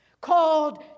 called